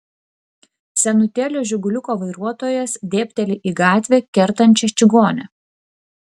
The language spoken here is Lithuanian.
senutėlio žiguliuko vairuotojas dėbteli į gatvę kertančią čigonę